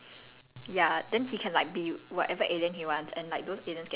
things on his shoulders like the the fate of the whole universe is on his shoulders that kind